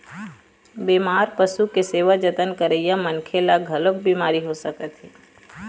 बेमार पशु के सेवा जतन करइया मनखे ल घलोक बिमारी हो सकत हे